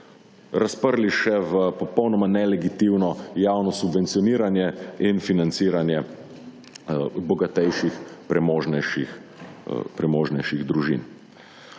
razprli še v popolnoma nelegitimno javno subvencioniranje in financiranje bogatejših, premožnejših družin.